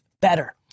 better